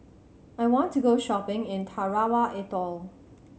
I want to go shopping in Tarawa Atoll